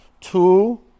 Two